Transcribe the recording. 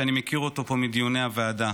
שאני מכיר אותו פה מדיוני הוועדה.